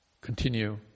continue